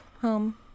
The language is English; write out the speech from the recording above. home